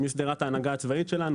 משדרת ההנהגה הצבאית שלנו,